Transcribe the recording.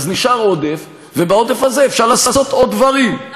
אז נשאר עודף ובעודף הזה אפשר לעשות עוד דברים.